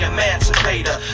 Emancipator